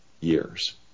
years